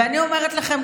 ואני אומרת לכם,